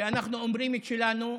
שאנחנו אומרים את שלנו,